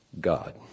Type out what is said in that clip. God